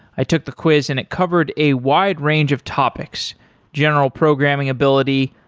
i took the quiz and it covered a wide range of topics general programming ability,